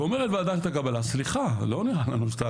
ואומרת ועדת הקבלה סליחה לא נראה לנו שאתה